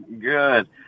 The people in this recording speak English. Good